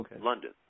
London